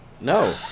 No